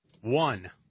One